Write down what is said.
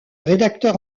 rédacteur